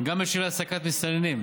גם בשל העסקת מסתננים,